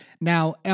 Now